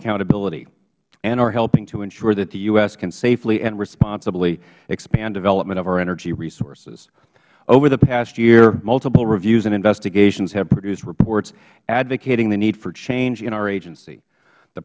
accountability and are helping to ensure that the u s can safely and responsibly expand development of our energy resources over the past year multiple reviews and investigations have produced reports advocating the need for change in our agency the